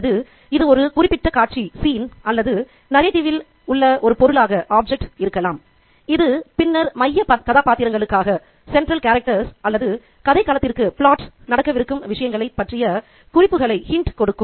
அல்லது இது ஒரு குறிப்பிட்ட காட்சி அல்லது நரேடிவில் உள்ள ஒரு பொருளாக இருக்கலாம் இது பின்னர் மைய கதாபாத்திரங்களுக்காக அல்லது கதைக்களத்திற்கு நடக்கவிருக்கும் விஷயங்களைப் பற்றிய குறிப்புகளைக் கொடுக்கும்